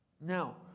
Now